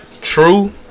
true